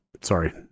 sorry